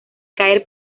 caer